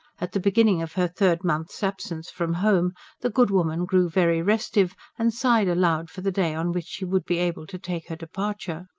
at the beginning of her third month's absence from home the good woman grew very restive, and sighed aloud for the day on which she would be able to take her departure.